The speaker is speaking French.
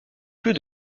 plus